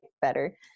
better